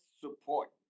support